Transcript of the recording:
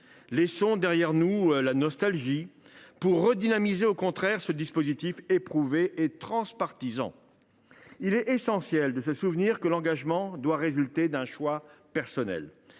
Laissons derrière nous la nostalgie pour redynamiser ce dispositif éprouvé et transpartisan. Il est essentiel de se souvenir que l’engagement doit résulter d’un choix personnel.